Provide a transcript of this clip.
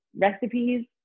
recipes